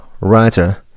writer